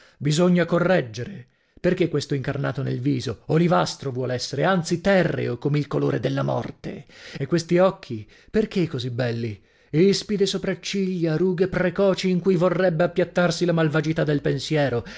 bisogna correggere perchè questo incarnato nel viso olivastro vuol essere anzi terreo come il colore della morte e questi occhi perchè così belli ispide sopracciglia rughe precoci in cui vorrebbe appiattarsi la malvagità del pensiero